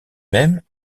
même